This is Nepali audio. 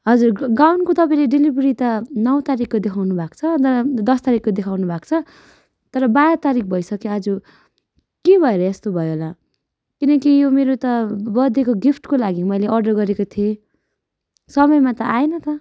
हजुर गाउनको तपाईँले डेलिभेरी त नौ तारिखको देखाउनु भएको छ तर दस तारिखको देखाउनु भएको छ तर बाह्र तारिख भइसक्यो आज के भएर यस्तो भयो होला किन कि यो मेरो त बर्थडेको गिफ्टको लागि मैले अर्डर गरेको थिएँ समयमा त आएन त